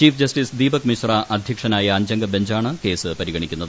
chief justice Deepak Mishra അധ്യക്ഷനായ അഞ്ചംഗ ബഞ്ചാണ് കേസ് പരിഗണിക്കുന്നത്